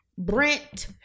Brent